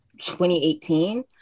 2018